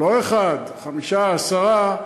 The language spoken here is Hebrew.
לא אחד, חמישה, עשרה,